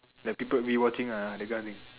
like people will be watching ah that kind of thing